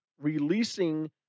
releasing